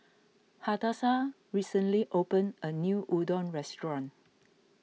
Hadassah recently opened a new Udon restaurant